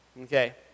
okay